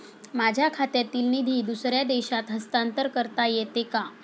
माझ्या खात्यातील निधी दुसऱ्या देशात हस्तांतर करता येते का?